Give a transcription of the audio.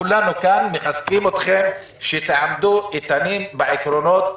כולנו כאן מחזקים אתכם שתעמדו איתנים בעקרונות.